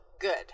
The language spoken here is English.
good